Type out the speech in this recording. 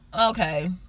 Okay